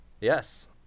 Yes